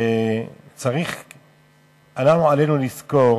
ועלינו לזכור